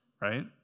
right